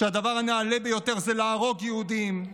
שהדבר הנעלה ביותר הוא להרוג יהודים,